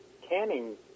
canning